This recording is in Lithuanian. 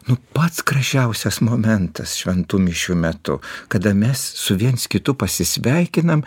nu pats gražiausias momentas šventų mišių metu kada mes su viens kitu pasisveikinam